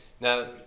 Now